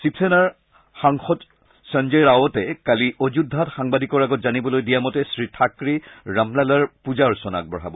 শিৱসেনাৰ সাংসদ সঞ্জয় ৰাৱটে কালি অযোধ্যাত সাংবাদিকৰ আগত জানিবলৈ দিয়া মতে শ্ৰীথাকৰেই ৰামলালাৰ পূজা অৰ্চনা আগবঢ়াব